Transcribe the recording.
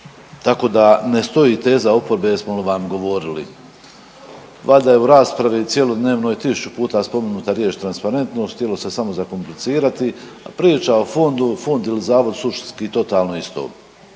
tako da ne stoji teza oporbe, jesmo li vam govorili. Valjda je u raspravi cjelodnevnoj tisuću spomenuta riječ transparentnost, htjelo se samo zakomplicirati, a priča o fondu, fond ili zavod suštinski totalno isto.